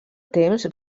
temps